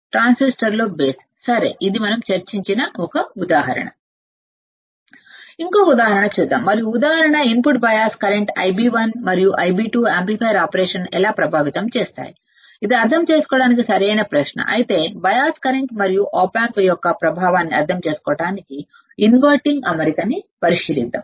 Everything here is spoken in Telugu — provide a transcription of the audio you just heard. ట్రాన్సిస్టర్ల బేస్ సరే ఇది మనం చర్చించిన ఒక ఉదాహరణ ఇంకొక ఉదాహరణ చూద్దాం మరియు ఉదాహరణ ఇన్పుట్ బయాస్ కర్రెంట్లు Ib1 మరియు Ib2 యాంప్లిఫైయర్ ఆపరేషన్ను ఎలా ప్రభావితం చేస్తాయి ఇది అర్ధం చేసుకోవటానికి సరైన ప్రశ్న అయితే బయాస్ కరెంట్ మరియు ఆప్ ఆంప్ యొక్క ప్రభావాన్ని అర్థం చేసుకోవడానికిఇన్వర్టింగ్ అమరికని పరిశీలిద్దాం